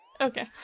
Okay